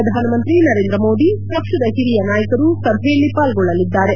ಪ್ರಧಾನಮಂತ್ರಿ ನರೇಂದ್ರ ಮೋದಿ ಪಕ್ಷದ ಹಿರಿಯ ನಾಯಕರು ಸಭೆಯಲ್ಲಿ ಪಾಲ್ಗೊಕ್ಳಲಿದ್ದಾರೆ